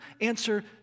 answer